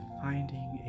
finding